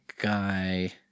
guy